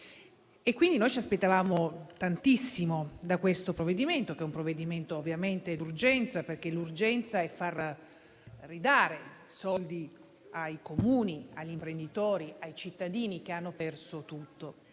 Quindi, noi ci aspettavamo tantissimo da questo provvedimento che è ovviamente urgente perché vi è l'urgenza di dare soldi ai Comuni, agli imprenditori, ai cittadini che hanno perso tutto.